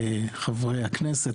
חברי הכנסת,